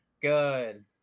Good